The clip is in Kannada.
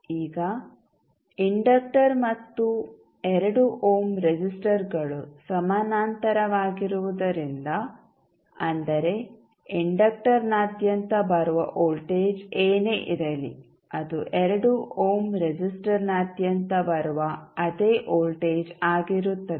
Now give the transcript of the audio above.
ಈಗ ಇಂಡಕ್ಟರ್ ಮತ್ತು 2 ಓಮ್ ರೆಸಿಸ್ಟರ್ಗಳು ಸಮಾನಾಂತರವಾಗಿರುವುದರಿಂದ ಅಂದರೆ ಇಂಡಕ್ಟರ್ನಾದ್ಯಂತ ಬರುವ ವೋಲ್ಟೇಜ್ ಏನೇ ಇರಲಿ ಅದು 2 ಓಮ್ ರೆಸಿಸ್ಟರ್ನಾದ್ಯಂತ ಬರುವ ಅದೇ ವೋಲ್ಟೇಜ್ ಆಗಿರುತ್ತದೆ